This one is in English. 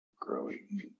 growing